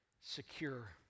secure